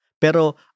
Pero